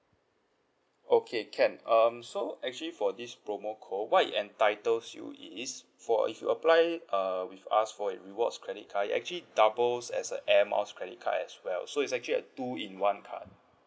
okay can um so actually for this promo code what it entitles you is for if you apply err with us for the rewards credit card you actually doubles as a air miles credit card as well so is actually a two in one card